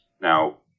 now